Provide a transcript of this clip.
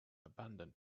abandoned